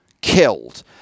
killed